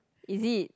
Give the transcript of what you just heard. is it